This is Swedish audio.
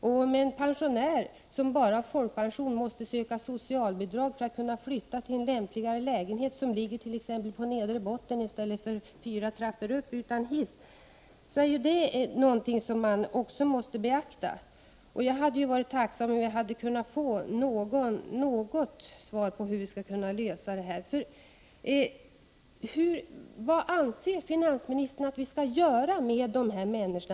En pensionär som bara har folkpension kan t.ex. bli tvungen att söka socialbidrag för att kunna flytta till en lämplig lägenhet, som t.ex. ligger på nedre botten i stället för fyra trappor upp i ett hus utan hiss. Förhållanden av denna typ måste också beaktas. Jag hade varit tacksam om jag hade fått något svar på hur denna fråga skall kunna lösas. Jag undrar nämligen vad finansministern anser att man skall göra med dessa människor.